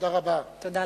תודה רבה.